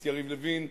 את יריב לוין,